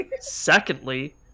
Secondly